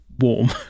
warm